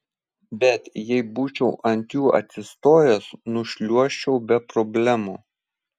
bet jei būčiau ant jų atsistojęs nušliuožčiau be problemų